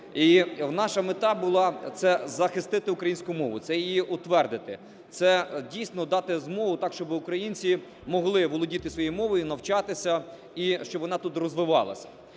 наша мета була: це захистити українську мову, це її утвердити, це дійсно дати змогу так, щоб українці могли володіти своєю мовою і навчатися, і щоб вона тут розвивалася.